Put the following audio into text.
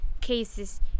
cases